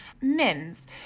Mims